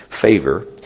favor